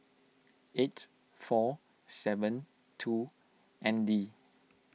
eight four seven two N D